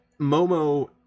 Momo